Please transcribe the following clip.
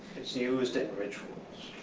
it's used in rituals.